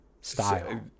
style